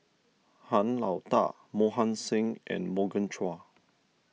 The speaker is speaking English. Han Lao Da Mohan Singh and Morgan Chua